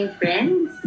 friends